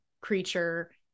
creature